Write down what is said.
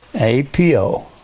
APO